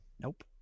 Nope